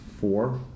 four